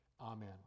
amen